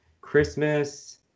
Christmas